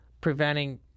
preventing